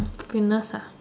happiness ah